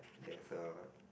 there's a